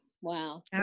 Wow